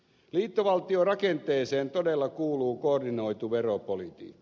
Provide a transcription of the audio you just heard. liittovaltiorakenteeseen todella kuuluu koordinoitu veropolitiikka